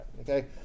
okay